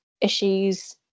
issues